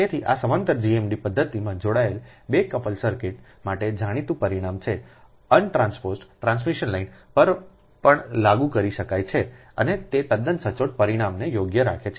તેથી આ સમાંતર GMD પદ્ધતિમાં જોડાયેલ 2 કપલ સર્કિટ માટે જાણીતું પરિણામ છે અન ટ્રાન્સપોઝ્ડ ટ્રાન્સમિશન લાઇન પર પણ લાગુ કરી શકાય છે અને તે તદ્દન સચોટ પરિણામને યોગ્ય રાખે છે